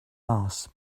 mass